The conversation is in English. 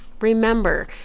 remember